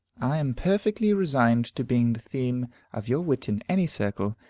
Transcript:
i am perfectly resigned to being the theme of your wit in any circle,